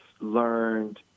learned